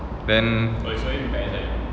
then